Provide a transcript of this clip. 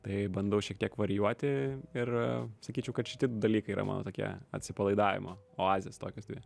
tai bandau šiek tiek varijuoti ir sakyčiau kad šiti dalykai yra mano tokia atsipalaidavimo oazės tokios dvi